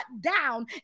down